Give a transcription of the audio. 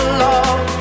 love